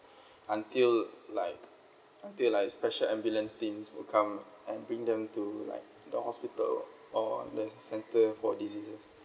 until like until like special ambulance things will come and bring them to like the hospital or the center for diseases